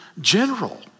general